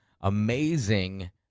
amazing